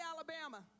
Alabama